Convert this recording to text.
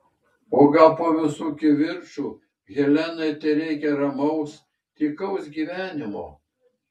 o gal po visų kivirčų helenai tereikia ramaus tykaus gyvenimo